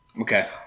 okay